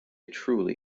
truly